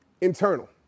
internal